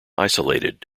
isolated